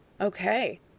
Okay